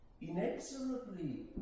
inexorably